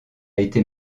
été